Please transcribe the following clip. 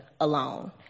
alone